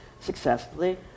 Successfully